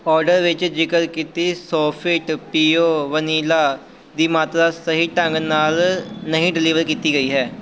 order ਵਿੱਚ ਜ਼ਿਕਰ ਕੀਤੀ ਸੋਫਿਟ ਪੀਓ ਵਨੀਲਾ ਦੀ ਮਾਤਰਾ ਸਹੀ ਢੰਗ ਨਾਲ ਨਹੀਂ ਡਿਲੀਵਰ ਕੀਤੀ ਗਈ ਹੈ